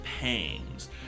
pangs